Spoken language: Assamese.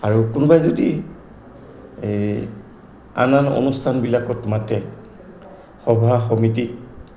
আৰু কোনোবাই যদি এই আন আন অনুষ্ঠানবিলাকত মাতে সভা সমিতি